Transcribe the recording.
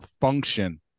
function